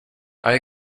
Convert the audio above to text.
eye